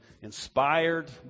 inspired